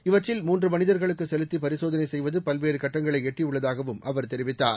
இவற்றில் மூன்று மனிதர்களுக்கு செலுத்தி பரிசோதனை செய்வது பல்வேறு கட்டங்களை எட்டியுள்ளதாகவும் அவர் தெரிவித்தார்